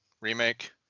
remake